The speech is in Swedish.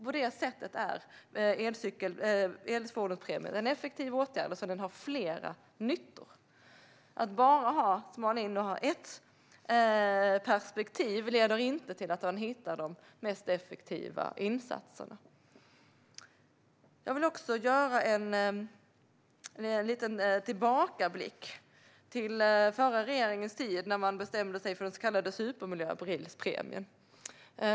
På det sättet är elfordonspremien en effektiv åtgärd eftersom den har flera nyttor. Att smala in det hela till ett enda perspektiv leder inte till att man hittar de mest effektiva insatserna. Jag vill göra en liten tillbakablick till den förra regeringens tid, när man bestämde sig för den så kallade supermiljöbilspremien.